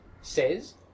says